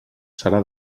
serà